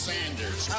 Sanders